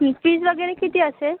पीज वगेरे किती असेल